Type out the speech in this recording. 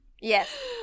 Yes